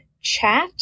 chat